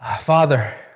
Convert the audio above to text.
Father